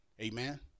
amen